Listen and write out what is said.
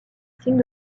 signe